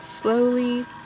slowly